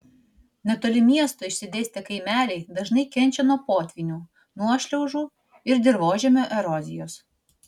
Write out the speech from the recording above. netoli miesto išsidėstę kaimeliai dažnai kenčia nuo potvynių nuošliaužų ir dirvožemio erozijos